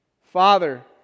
Father